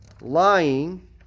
lying